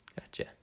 Gotcha